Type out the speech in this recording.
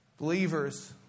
Believers